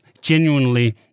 genuinely